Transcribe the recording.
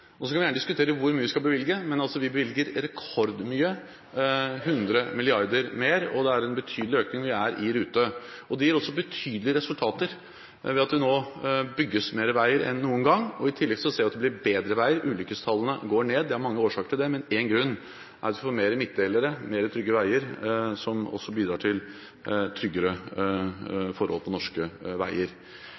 Så kan vi gjerne diskutere hvor mye vi skal bevilge, men vi bevilger rekordmye – 100 mrd. kr mer. Det er en betydelig økning, og vi er i rute. Det gir også betydelige resultater ved at det nå bygges mer veier enn noen gang. I tillegg ser vi at det blir bedre veier, ulykkestallene går ned. Det er mange årsaker til det, men én grunn er at vi får flere midtdelere – mer trygge veier – som bidrar til tryggere forhold på norske veier.